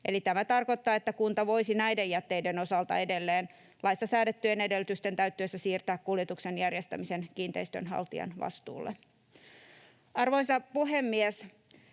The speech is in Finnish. Tämä tarkoittaa, että kunta voisi edelleen näiden jätteiden osalta laissa säädettyjen edellytysten täyttyessä siirtää kuljetuksen järjestämisen kiinteistönhaltijan vastuulle. Arvoisa puhemies!